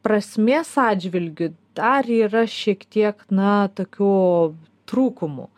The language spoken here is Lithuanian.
prasmės atžvilgiu dar yra šiek tiek na tokių trūkumų